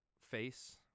face